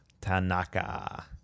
Tanaka